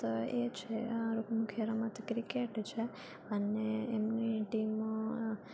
ત એ છે આ મુખ્ય રમત ક્રિકેટ છે અને એમની ટીમ